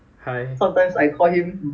Ban Hengs came in army